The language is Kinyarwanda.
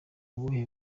ubuhe